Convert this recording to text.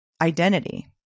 identity